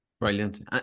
brilliant